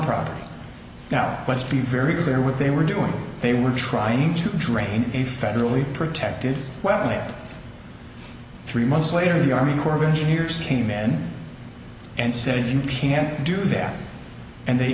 properly now let's be very clear what they were doing they were trying to drain a federally protected well in a three months later the army corps of engineers came in and said you can't do that and they